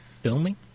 Filming